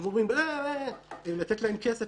אומרים: לתת להם כסף